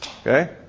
Okay